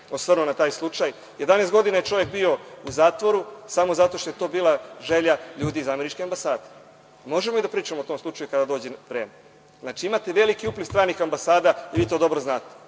osvrnuo se na taj slučaj. Jedanaest godina je čovek bio u zatvoru samo zato što je to bila želja ljudi iz američke ambasade. Možemo mi da pričamo o tom slučaju kada dođe vreme. Znači, imate veliki upliv stranih ambasada i vi to dobro znate.